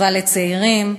טובה לצעירים,